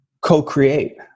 co-create